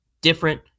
different